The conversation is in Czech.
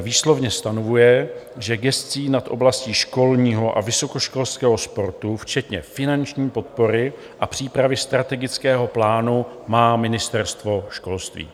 Výslovně stanovuje, že gesci nad oblastí školního a vysokoškolského sportu včetně finanční podpory a přípravy strategického plánu má Ministerstvo školství.